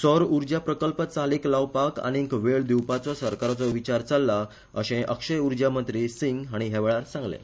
सौर उर्जा प्रकल्प चालीक लावपाक आनीक वेळ दिवपाचो सरकाराचो विचार चल्ला अशें अक्षय उर्जा मंत्री सिंग हाणी ह्या वेळार सांगलें